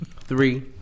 three